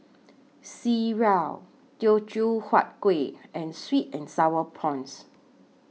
Sireh Teochew Huat Kuih and Sweet and Sour Prawns